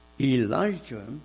Elijah